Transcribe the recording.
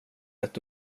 ett